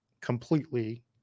completely